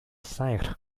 sight